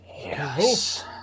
yes